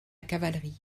cavalerie